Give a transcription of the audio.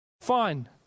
Fine